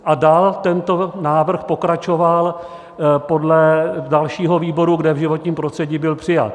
A dál tento návrh pokračoval do dalšího výboru, kde v životním prostředí byl přijat.